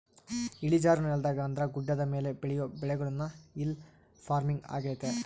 ಇಳಿಜಾರು ನೆಲದಾಗ ಅಂದ್ರ ಗುಡ್ಡದ ಮೇಲೆ ಬೆಳಿಯೊ ಬೆಳೆಗುಳ್ನ ಹಿಲ್ ಪಾರ್ಮಿಂಗ್ ಆಗ್ಯತೆ